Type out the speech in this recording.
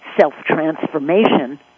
self-transformation